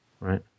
right